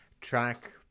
track